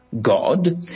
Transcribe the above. God